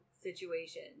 situation